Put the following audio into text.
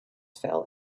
fell